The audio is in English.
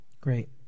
great